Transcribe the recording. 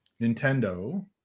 nintendo